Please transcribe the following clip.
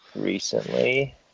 recently